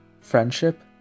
friendship